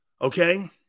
Okay